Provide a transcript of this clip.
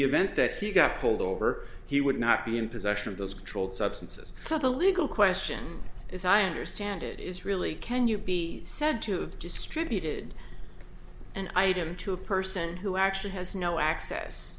the event that he got pulled over he would not be in possession of those controlled substances so the legal question is i understand it is really can you be said to have just repeated and i had him to a person who actually has no access